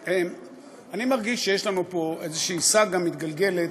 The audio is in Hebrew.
אני מרגיש שיש לנו פה איזושהי סאגה מתגלגלת,